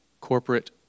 corporate